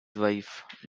wife